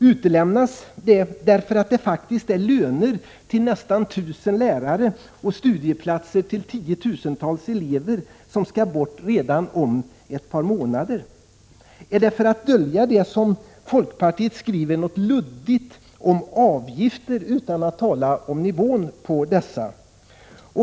Utelämnar man det därför att det faktiskt är löner till nästan 1 000 lärare och studieplatser till tiotusentals elever som skall bort redan om ett par månader, eller är det för att dölja det som folkpartiet skriver så luddigt om avgifter utan att tala om nivån på dessa?